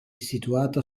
situata